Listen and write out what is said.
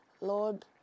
Lord